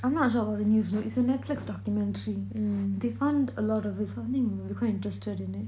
I'm not sure about the news though it's a Netflix documentary they found a lot of something you'll quite interested in it